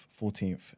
14th